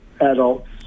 adults